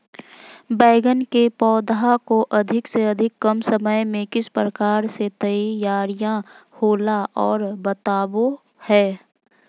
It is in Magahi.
बैगन के पौधा को अधिक से अधिक कम समय में किस प्रकार से तैयारियां होला औ बताबो है?